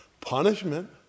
punishment